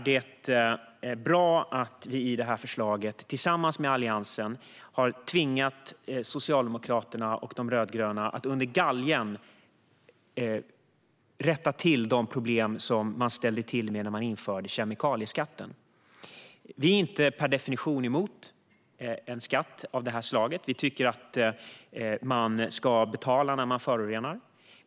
Det är bra att Alliansen med detta förslag tvingar de rödgröna att under galgen rätta till de problem de ställde till med när de införde kemikalieskatten. Vi är inte per definition emot en skatt av detta slag, för vi tycker att man ska betala när man förorenar.